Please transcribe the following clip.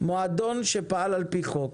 מועדון שפעל על-פי חוק